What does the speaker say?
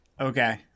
Okay